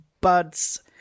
Bud's